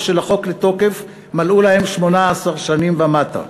של החוק לתוקף מלאו להם 18 שנים ומטה.